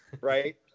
right